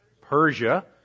Persia